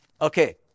Okay